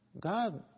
God